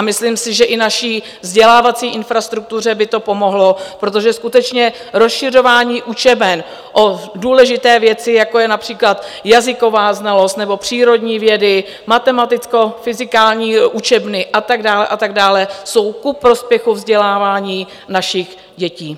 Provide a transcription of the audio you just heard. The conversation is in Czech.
Myslím si, že i naší vzdělávací infrastruktuře by to pomohlo, protože skutečně rozšiřování učeben o důležité věci, jako je například jazyková znalost nebo přírodní vědy, matematickofyzikální učebny a tak dále a tak dále, jsou ku prospěchu vzdělávání našich dětí.